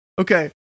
okay